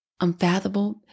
unfathomable